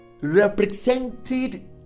represented